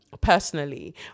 personally